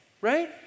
right